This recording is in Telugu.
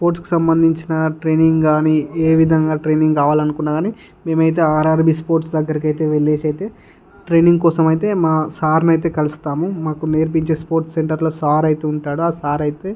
స్పోర్ట్స్కి సంబంధించిన ట్రైనింగ్ కానీ ఏ విధంగా ట్రైనింగ్ కావాలనుకున్న కానీ మేమైతే ఆర్ఆర్బీ స్పోర్ట్స్ దగ్గరకైతే వెళ్ళేసి ట్రైనింగ్ కోసం అయితే మా సార్ని అయితే కలుస్తాము మాకు నేర్పించే స్పోర్ట్స్ సెంటర్లో సార్ అయితే ఉంటాడు ఆ సార్ అయితే